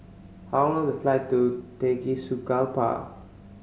how long the flight to Tegucigalpa